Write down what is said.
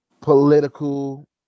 political